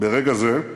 ברגע זה,